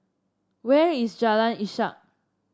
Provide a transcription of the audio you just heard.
where is Jalan Ishak